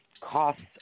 Costs